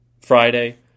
Friday